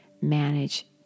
manage